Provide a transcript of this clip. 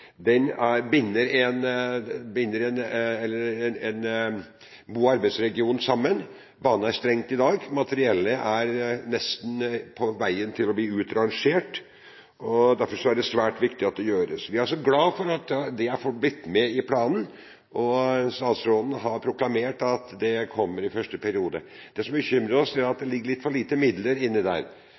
Den binder en god arbeidsregion sammen. Banen er stengt i dag, materiellet er på vei til å bli utrangert. Derfor er det svært viktig at det gjøres. Vi er så glad for at det er blitt med i planen. Statsråden har proklamert at det kommer i første periode. Det som bekymrer oss, er at det ligger for lite midler inne til dette. Derfor er vi glad for at hele komiteen støtter oss i